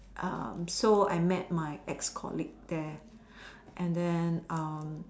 so I met my ex colleague there and then